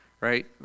Right